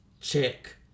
check